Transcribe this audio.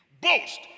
boast